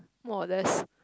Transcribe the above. more or less